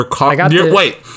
Wait